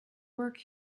work